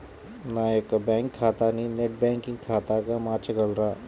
నా యొక్క బ్యాంకు ఖాతాని నెట్ బ్యాంకింగ్ ఖాతాగా మార్చగలరా?